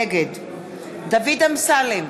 נגד דוד אמסלם,